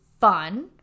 fun